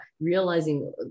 realizing